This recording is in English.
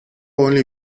only